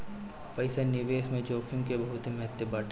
पईसा निवेश में जोखिम के बहुते महत्व बाटे